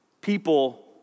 people